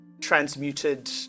transmuted